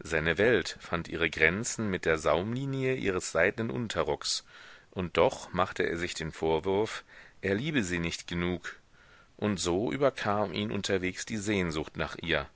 seine welt fand ihre grenzen mit der saumlinie ihres seidnen unterrocks und doch machte er sich den vorwurf er liebe sie nicht genug und so überkam ihn unterwegs die sehnsucht nach ihr